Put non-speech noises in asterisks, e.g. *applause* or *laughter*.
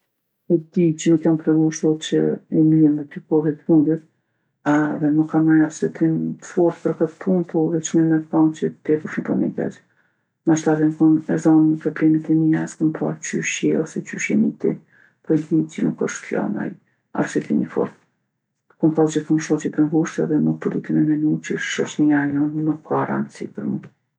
E di që nuk jom tregu shoqe e mirë me ty kohve t'fundit *hesitation* edhe nuk kam naj arsyetim t'fortë për këtë punë, po vec muj me t'than që tepër shumë po m'vjen keq. Nashta edhe jom kon e zanun me problemet e mija e st'kom pa qysh je ose qysh je ni ti, po e di q'i nuk osht kjo naj arsyetim i fortë. T'kom pasë gjithmonë shoqe t'ngushtë edhe nuk po du ti me menu që shoqnija jonë nuk ka randsi për mu.